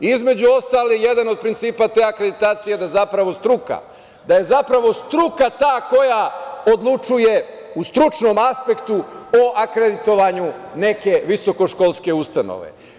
Između ostalog, jedan od principa te akreditacije je da je zapravo struka ta koja odlučuje u stručnom aspektu o akreditovanju neke visokoškolske ustanove.